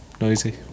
Noisy